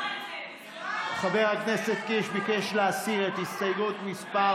חבר הכנסת קיש ביקש להסיר את הסתייגות מס'